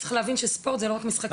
צריך להבין שספורט זה לא רק משחקי כדור.